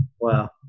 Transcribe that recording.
Wow